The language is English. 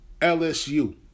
LSU